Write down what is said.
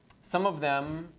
some of them,